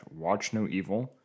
watchnoevil